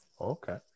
okay